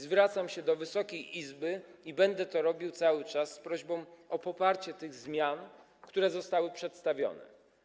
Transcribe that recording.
Zwracam się do Wysokiej Izby, i będę to robił cały czas, z prośbą o poparcie tych zmian, które zostały przedstawione.